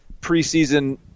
preseason